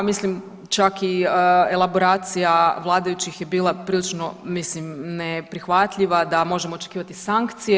Mislim čak i elaboracija vladajućih je bila prilično mislim neprihvatljiva da možemo očekivati sankcije.